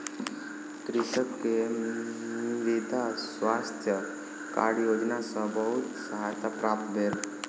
कृषक के मृदा स्वास्थ्य कार्ड योजना सॅ बहुत सहायता प्राप्त भेल